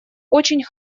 очень